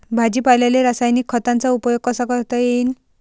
भाजीपाल्याले रासायनिक खतांचा उपयोग कसा करता येईन?